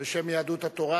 בשם יהדות התורה.